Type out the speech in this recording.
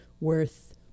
worth